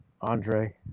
Andre